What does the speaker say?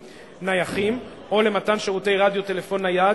נייחים או למתן שירותי רדיו טלפון נייד,